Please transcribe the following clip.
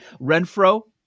Renfro